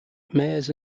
mayors